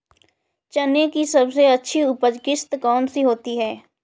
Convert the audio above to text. चना की सबसे अच्छी उपज किश्त कौन सी होती है?